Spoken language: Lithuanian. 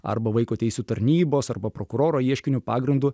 arba vaiko teisių tarnybos arba prokuroro ieškinio pagrindu